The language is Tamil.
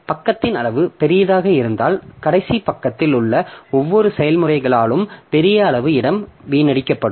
எனவே பக்கத்தின் அளவு பெரியதாக இருந்தால் கடைசி பக்கத்தில் உள்ள ஒவ்வொரு செயல்முறைகளாலும் பெரிய அளவு இடம் வீணடிக்கப்படும்